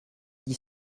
dix